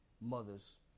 mother's